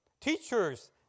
Teachers